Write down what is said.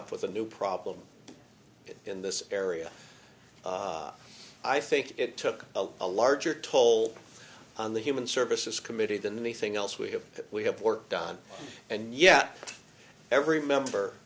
up with a new problem in this area i think it took a larger toll on the human services committee than anything else we have we have worked on and yeah every member